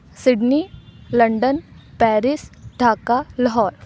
Sydney London Paris Dhaka Lahore